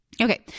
Okay